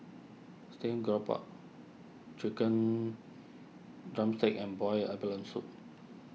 Steamed Grouper Chicken Drumstick and Boiled Abalone Soup